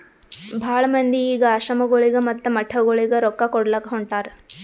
ಭಾಳ ಮಂದಿ ಈಗ್ ಆಶ್ರಮಗೊಳಿಗ ಮತ್ತ ಮಠಗೊಳಿಗ ರೊಕ್ಕಾ ಕೊಡ್ಲಾಕ್ ಹೊಂಟಾರ್